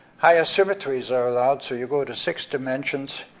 higher symmetries are allowed, so you go to six dimensions,